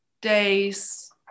days